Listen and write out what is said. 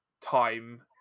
time